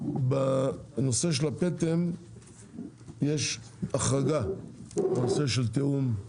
בנושא של הפטם יש החרגה בנושא של תיאום,